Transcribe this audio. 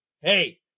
hey